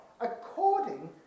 according